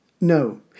No